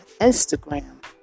Instagram